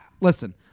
Listen